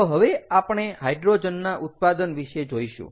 તો હવે આપણે હાઈડ્રોજનના ઉત્પાદન વિશે જોઈશું